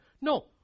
No